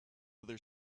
other